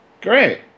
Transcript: Great